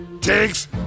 Takes